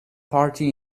party